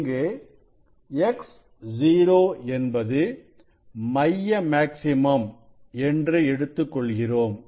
இங்கு X0 என்பது மைய மேக்ஸிமம் இடம் என்று எடுத்துக் கொள்கிறோம்